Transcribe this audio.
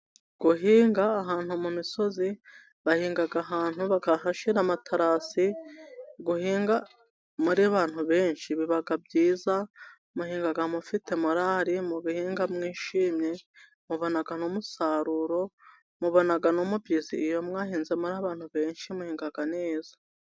Guhinga ahantu mu misozi, bahinga ahantu bakahashira amatarasi, guhinga muri abantu benshi biba byiza, muhinga mufite morari, mugahinga mwishimye, mubona n'umusaruro, mubona n'umubyizi, iyo mwahinze muri abantu benshi muhinga neza.